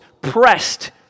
pressed